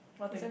what thing